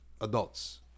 adults